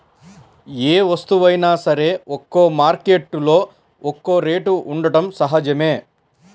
ఏ వస్తువైనా సరే ఒక్కో మార్కెట్టులో ఒక్కో రేటు ఉండటం సహజమే